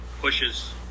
pushes